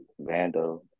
vando